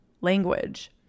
language